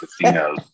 casinos